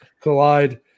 collide